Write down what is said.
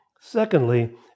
Secondly